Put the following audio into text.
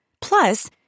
Plus